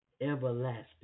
everlasting